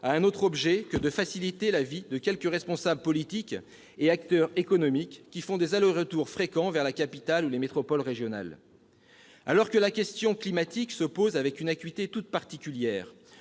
a un autre objet que de faciliter la vie de quelques responsables politiques et acteurs économiques qui font des allers et retours fréquents vers la capitale ou les métropoles régionales ... Alors que la question climatique se pose avec une acuité toute particulière,